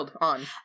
on